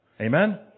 Amen